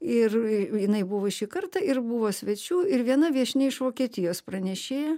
ir jinai buvo šį kartą ir buvo svečių ir viena viešnia iš vokietijos pranešėja